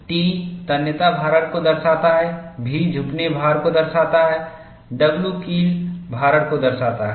T तन्यता भारण को दर्शाता है B झुकने भार को दर्शाता है W कील भारण को दर्शाता है